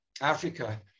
Africa